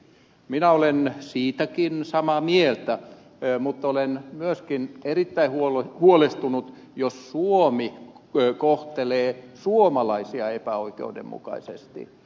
minä olen siitäkin samaa mieltä mutta olen myöskin erittäin huolestunut jos suomi kohtelee suomalaisia epäoikeudenmukaisesti